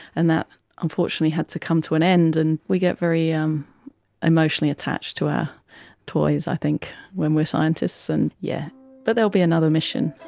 and that unfortunately had to come to an end. and we get very um emotionally attached to our toys i think when we are scientists. and yeah but there will be another mission,